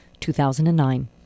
2009